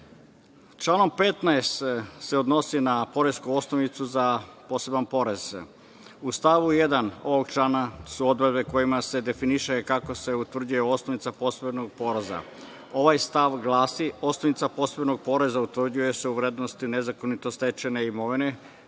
15. se odnosi na poresku osnovicu za poseban porez. U stavu 1. ovog člana su odredbe kojima se definiše kako se utvrđuje osnovica poreza. Ovaj stav glasi – osnovica posebnog poreza utvrđuje se u vrednosti nezakonito stečene imovine